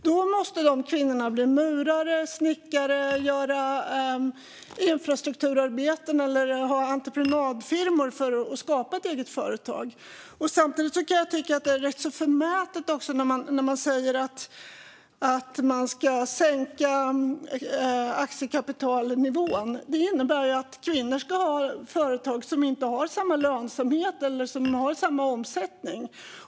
Då måste de kvinnorna i stället bli murare eller snickare, göra infrastrukturarbeten eller ha entreprenadfirmor för att skapa ett eget företag. Jag kan också tycka att det är rätt förmätet att sänka aktiekapitalnivån, för det innebär att kvinnor ska ha företag som inte har samma lönsamhet eller samma omsättning.